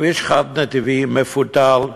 כביש חד-נתיבי, מפותל,